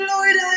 Lord